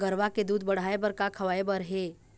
गरवा के दूध बढ़ाये बर का खवाए बर हे?